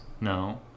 no